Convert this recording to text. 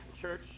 church